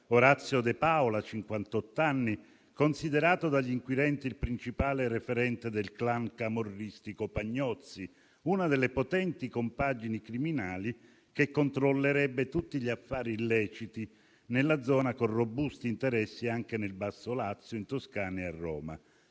Orazio De Paola, cinquantotto anni, considerato dagli inquirente il principale referente del *clan* camorristico Pagnozzi, una delle potenti compagini criminali che controllerebbe tutti gli affari illeciti nella zona con robusti interessi anche nel basso Lazio, in Toscana e a Roma.